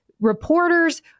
reporters